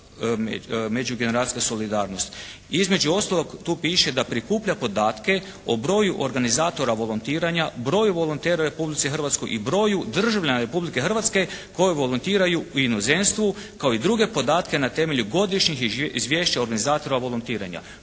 međugeneracijska solidarnost. Između ostalog, tu piše da prikuplja podatke o broju organizatora volontiranja, broju volontera u Republici Hrvatskoj i broju državljana Republike Hrvatske koji volontiraju u inozemstvu kao i druge podatke na temelju godišnjih izvješća organizatora volontiranja.